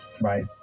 right